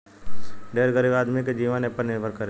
ढेर गरीब आदमी के जीवन एपर निर्भर करेला